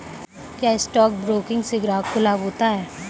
क्या stock broking से ग्राहक को लाभ होता है?